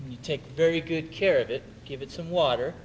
you take very good care of it give it some water